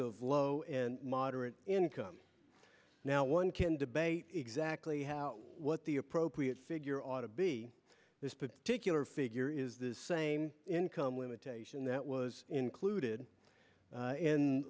of low and moderate income now one can debate exactly what the appropriate figure ought to be this particular figure is the same income limitation that was included